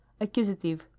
accusative